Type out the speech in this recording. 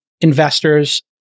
investors